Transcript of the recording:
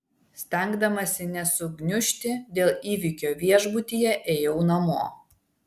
stengdamasi nesugniužti dėl įvykio viešbutyje ėjau namo